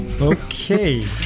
Okay